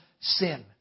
sin